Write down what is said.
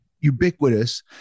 ubiquitous